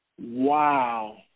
Wow